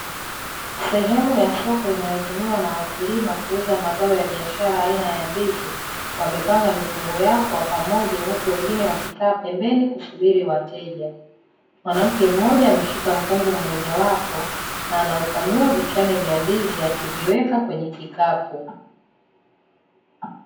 Sehemu ya soko inayotumiwa na wakulima kuuza mazao ya biashara aina ya ndizi, wamepanga mikungu yao kwa pamoja huku wengine wakikaa pembeni kusubiri wateja. Mwanamke mmoja ameshika mkungu mmoja wapo na anaupanyua vichane vya ndizi, akiviweka kwenye kikapu.